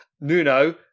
Nuno